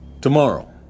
tomorrow